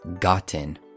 gotten